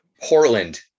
portland